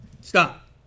stop